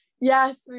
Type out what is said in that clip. Yes